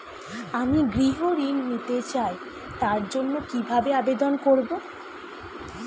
আমি গৃহ ঋণ নিতে চাই তার জন্য কিভাবে আবেদন করব?